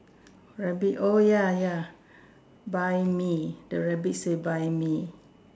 rabbit oh ya ya buy me the rabbit say buy me